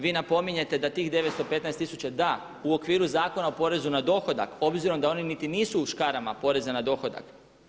Vi napominjete da tih 915 tisuća, da u okviru Zakona o porezu na dohodak obzirom da oni niti nisu u škarama poreza na dohodak.